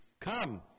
Come